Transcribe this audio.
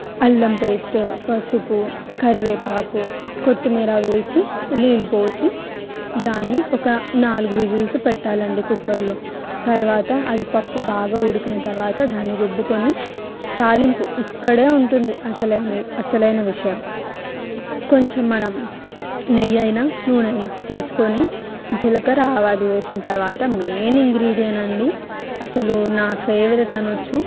అల్లం పేస్ట్ పసుపు కరివేపాకు కొత్తిమీర వేసి నీళ్లు పోసి దాన్ని ఒక నాలుగు విజిల్స్ పెట్టాలండి కుక్కర్లో తర్వాత అది పప్పు బాగా ఉడికిన తర్వాత దాని రుబ్బుకొని తాలింపు ఇక్కడే ఉంటుంది అసలు అసలు అయిన విషయం కొంచెం మనం నెయ్యి అయినా నూనె అయినా తీసుకొని జీలకర్ర ఆవాలు వేసిన తర్వాత మెయిన్ ఇంగ్రిడిఎన్ట్ అండి అసలు నా ఫేవరెట్ అనొచ్చు